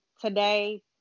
Today